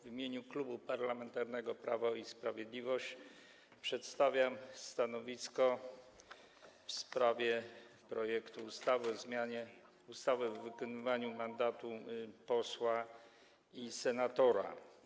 W imieniu Klubu Parlamentarnego Prawo i Sprawiedliwość przedstawiam stanowisko w sprawie projektu ustawy o zmianie ustawy o wykonywaniu mandatu posła i senatora.